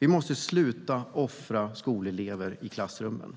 Vi måste sluta offra skolelever i klassrummen,